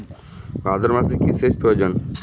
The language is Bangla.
ভাদ্রমাসে কি সেচ প্রয়োজন?